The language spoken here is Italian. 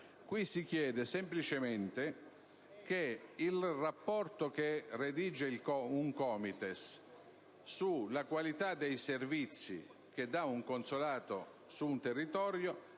si chiede semplicemente che il rapporto che redige un COMITES sulla qualità dei servizi di un consolato su un territorio